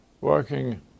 working